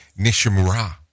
Nishimura